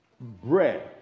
bread